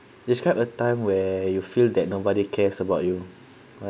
describe a time where you feel that nobody cares about you